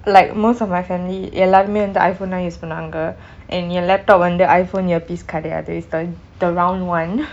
like most of my family எல்லாருமே வந்து:ellarumei vanthu iphone use பன்னாங்க:pannanka and என்:en laptop வந்து:vanthu iphone earpiece கிடையாது:kidaiyathu is the round one